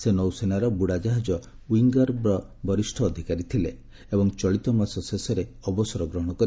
ସେ ନୌସେନାର ବ୍ରଡ଼ାଜାହାଜ ୱିଙ୍ଗ୍ର ବରିଷ୍ଣ ଅଧିକାରୀ ଥିଲେ ଏବଂ ଚଳିତମାସ ଶେଷରେ ଅବସର ଗ୍ରହଣ କରିଥା'ନ୍ତେ